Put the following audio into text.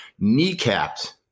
kneecapped